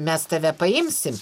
mes tave paimsim